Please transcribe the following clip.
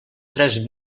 tres